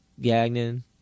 Gagnon